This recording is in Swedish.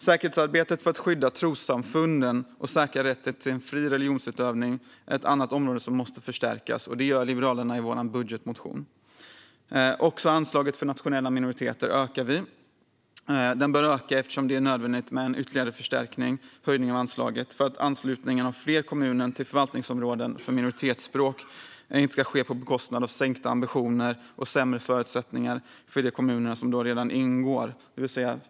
Säkerhetsarbetet för att skydda trossamfunden och säkra rätten till en fri religionsutövning måste förstärkas. Det gör vi i Liberalerna i vår budgetmotion. Vi ökar även anslaget till nationella minoriteter. Det bör öka, eftersom det är nödvändigt med en ytterligare förstärkning och en höjning av anslaget för att anslutningen av fler kommuner till förvaltningsområden för minoritetsspråk inte ska ske till priset av sänkta ambitioner och sämre förutsättningar för de kommuner som redan ingår.